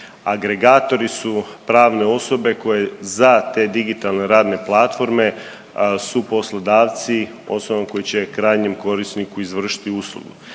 Agregatori su pravne osobe koje za te digitalne radne platforme su poslodavci u ostalom koji će krajnjem korisniku izvršiti uslugu.